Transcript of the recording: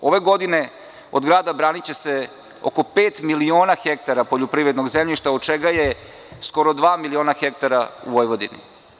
Ove godine od grada braniće se oko pet miliona hektara poljoprivrednog zemljišta, a od čega je dva miliona hektara u Vojvodini.